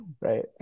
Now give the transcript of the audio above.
Right